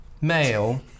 Male